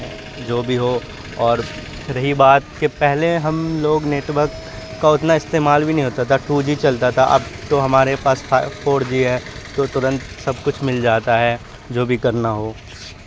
جو بھی ہو اور رہی بات کہ پہلے ہم لوگ نیٹورک کا اتنا استعمال بھی نہیں ہوتا تھا ٹو جی چلتا تھا اب تو ہمارے پاس فور جی ہے تو ترنت سب کچھ مل جاتا ہے جو بھی کرنا ہو